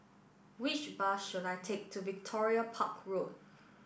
which bus should I take to Victoria Park Road